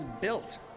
built